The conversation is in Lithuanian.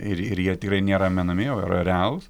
ir ir jie tikrai nėra menami o yra realūs